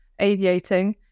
aviating